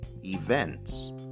events